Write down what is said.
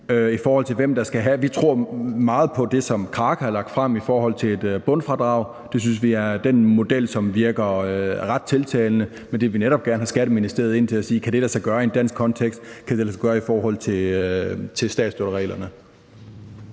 Vi tror meget på det, som Kraka har lagt frem i forhold til et bundfradrag. Den model synes vi virker ret tiltalende. Men vi vil netop gerne have Skatteministeriet til at sige, om det kan lade sig gøre i en dansk kontekst, og om det kan lade sig gøre i forhold til statsstøttereglerne.